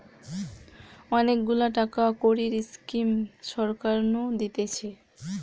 অনেক গুলা টাকা কড়ির স্কিম সরকার নু দিতেছে